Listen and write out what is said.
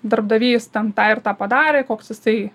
darbdavys ten tą ir tą padarė koks jisai